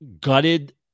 Gutted